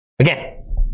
Again